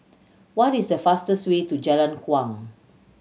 what is the fastest way to Jalan Kuang